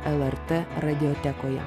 lrt radiotekoje